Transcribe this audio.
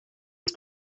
was